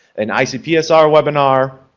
an icpsr webinar,